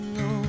no